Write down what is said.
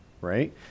right